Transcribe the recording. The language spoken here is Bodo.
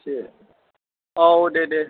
दे औ दे दे